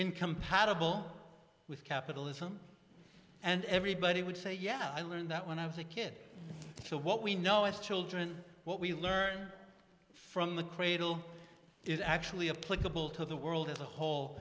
incompatible with capitalism and everybody would say yeah i learned that when i was a kid so what we know as children what we learn from the cradle is actually a political to the world as a whole